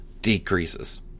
decreases